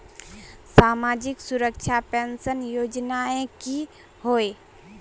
सामाजिक सुरक्षा पेंशन योजनाएँ की होय?